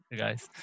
guys